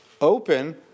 open